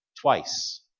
twice